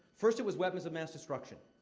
first, it was weapons of mass destruction.